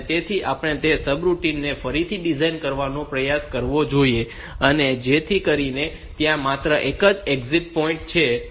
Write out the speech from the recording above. તેથી આપણે તે સબરૂટિન ને ફરીથી ડિઝાઇન કરવાનો પ્રયાસ કરવો જોઈએ કે જેથી કરીને ત્યાં માત્ર એક જ એક્ઝિટ પોઈન્ટ હોય